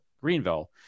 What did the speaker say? Greenville